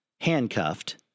handcuffed